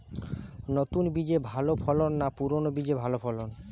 নতুন বীজে ভালো ফলন না পুরানো বীজে ভালো ফলন?